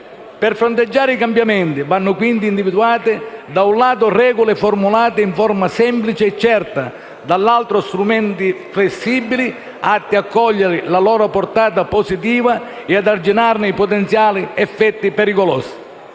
Per fronteggiare i cambiamenti vanno, quindi, individuate, da un lato, regole formulate in forma semplice e certa, dall'altro, strumenti flessibili atti a cogliere la loro portata positiva e ad arginarne i potenziali effetti pericolosi.